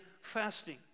fasting